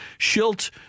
Schilt